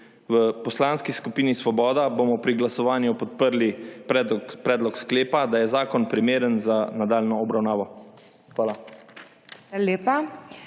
V Poslanski skupini Svoboda bomo pri glasovanju podprli predlog sklepa, da je zakon primeren za nadaljnjo obravnavo. Hvala.